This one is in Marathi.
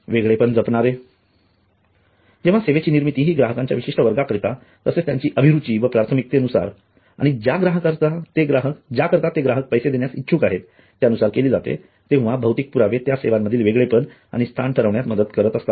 वेगळेपण जपणारे जेंव्हा सेवेची निर्मिती हि ग्राहकांच्या विशिष्ठ वर्गाकरिता तसेच त्यांची अभिरुची व प्राथमिकते नुसार आणि ज्या करीता ते ग्राहक पैसे देण्यास इच्छुक आहेत त्यानुसार केली जाते तेंव्हा भौतिक पुरावे त्या सेवांमधील वेगळेपण आणि स्थान ठरविण्यात मदत करत असतात